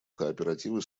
кооперативы